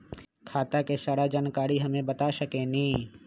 खाता के सारा जानकारी हमे बता सकेनी?